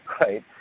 Right